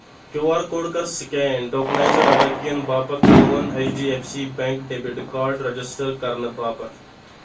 Q R code کَر scan tokenized ادٲیگین باپتھ میون H D F C bank debit card register کرنہٕ باپتھ